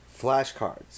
Flashcards